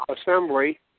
assembly